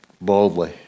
boldly